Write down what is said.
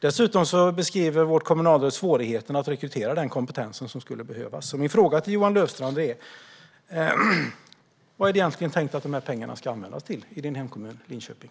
Dessutom beskriver vårt kommunalråd att det är svårt att rekrytera den kompetens som skulle behövas. Min fråga till Johan Löfstrand är: Vad är det egentligen tänkt att de här pengarna ska användas till i din hemkommun Linköping?